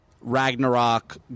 Ragnarok